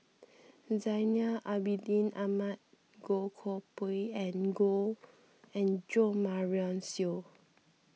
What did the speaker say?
Zainal Abidin Ahmad Goh Koh Pui and and Jo Marion Seow